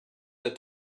that